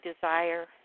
desire